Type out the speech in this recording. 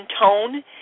tone